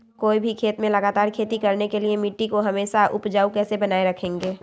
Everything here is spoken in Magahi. कोई भी खेत में लगातार खेती करने के लिए मिट्टी को हमेसा उपजाऊ कैसे बनाय रखेंगे?